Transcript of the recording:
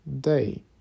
day